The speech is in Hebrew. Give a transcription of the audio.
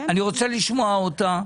אני רוצה לשמוע אותה.